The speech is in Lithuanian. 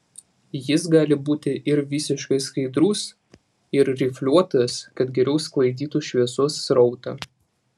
jis gali būti ir visiškai skaidrus ir rifliuotas kad geriau sklaidytų šviesos srautą